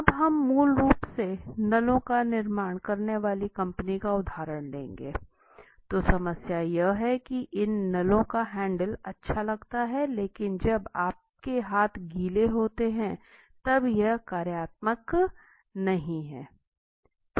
अब हम मूल रूप से नलों का निर्माण करने वाली कंपनी का उदहारण लेंगे तो समस्या यह है की इन नलों का हैंडल अच्छा लगता है लेकिन जब आपके हाथ गीले होते हैं तब यह कार्यात्मक नहीं हैं